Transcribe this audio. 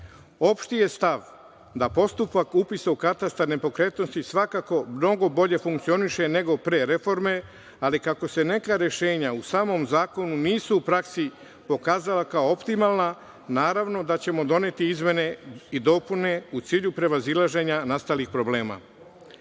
je stav da postupak upisa u katastar nepokretnosti svakako mnogo bolje funkcioniše nego pre reforme, ali kako se neka rešenja u samom zakonu nisu u praksi pokazala kao optimalna, naravno da ćemo doneti izmene i dopune u cilju prevazilaženja nastalih problema. Srpska